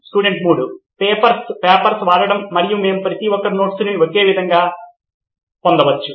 student 3 papers paper వాడకం మరియు మేము ప్రతి ఒక్కరి నోట్స్ను ఒకే విధంగా పొందవచ్చు